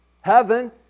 Heaven